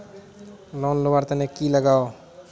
Loan लुवा र तने की लगाव?